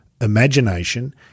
imagination